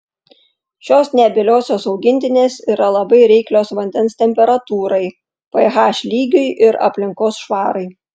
šios nebyliosios augintinės yra labai reiklios vandens temperatūrai ph lygiui ir aplinkos švarai